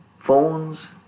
Phones